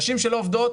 נשים שלא עובדות,